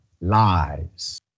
lies